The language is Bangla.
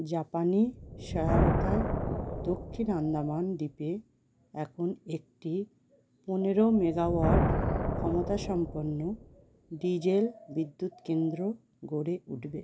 জাপানি সহায়তায় দক্ষিণ আন্দামান দ্বীপে এখন একটি পনেরো মেগাওয়াট ক্ষমতাসম্পন্ন ডিজেল বিদ্যুৎ কেন্দ্র গড়ে উঠবে